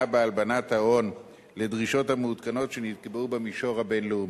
בהלבנת ההון לדרישות המעודכנות שנקבעו במישור הבין-לאומי.